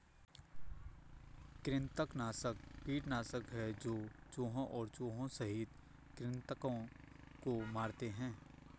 कृंतकनाशक कीटनाशक है जो चूहों और चूहों सहित कृन्तकों को मारते है